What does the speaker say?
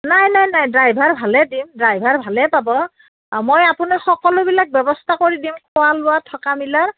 নাই নাই নাই ড্ৰাইভাৰ ভালে দিম ড্ৰাইভাৰ ভালে পাব মই আপোনাক সকলোবিলাক ব্যৱস্থা কৰি দিম খোৱা লোৱা থকা মেলাৰ